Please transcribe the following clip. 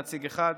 נציג אחד.